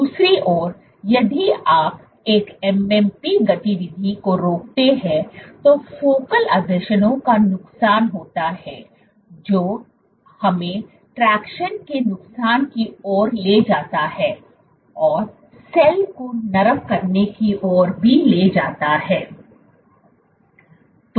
दूसरी ओर यदि आप एक MMP गतिविधि को रोकते हैं तो फोकल आसंजनों का नुकसान होता है जो हमें ट्रैक्शन के नुकसान की ओर ले जाता है और सेल को नरम करने की ओर भी ले जाता है